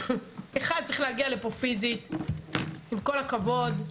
אחד, צריך להגיע לפה פיזית, עם כל הכבוד.